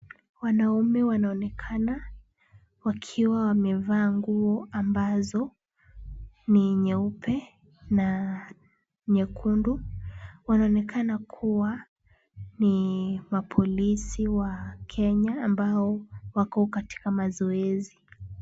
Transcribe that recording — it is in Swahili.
Wanaume wanaonekana wakiwa wamevaa nguo ambazo ni nyeupe na nyekundu. Wanaonekana kuwa ni mapolisi wa Kenya ambao wako katika mazoezi.